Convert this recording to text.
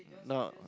no